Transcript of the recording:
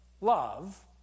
love